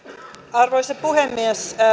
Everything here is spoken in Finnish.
arvoisa puhemies